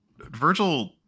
Virgil